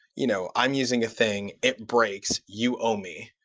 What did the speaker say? you know i'm using a thing, it breaks, you owe me.